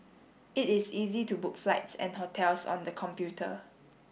it is easy to book flights and hotels on the computer